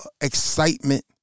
excitement